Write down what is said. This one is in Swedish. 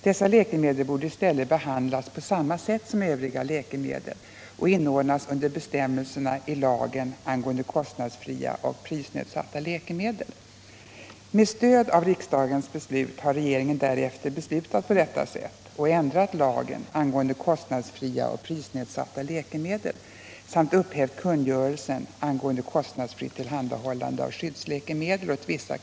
Dessa läkemedel borde i stället behandlas på samma sätt som övriga läkemedel och inordnas under bestämmelserna i lagen angående kostnadsfria och prisnedsatta läkemedel.